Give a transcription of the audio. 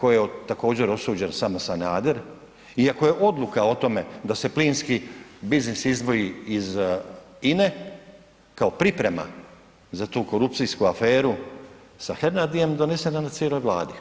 kojoj je također osuđen samo Sanader, iako je odluka o tome da se plinski biznis izdvoji iz INA-e kao priprema za tu korupcijsku aferu sa Hernadiem donese … cijeloj Vladi.